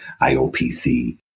IOPC